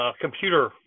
computer